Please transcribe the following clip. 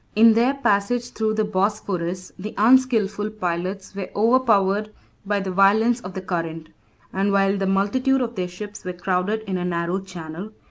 in their passage through the bosphorus, the unskilful pilots were overpowered by the violence of the current and while the multitude of their ships were crowded in a narrow channel,